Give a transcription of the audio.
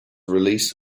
release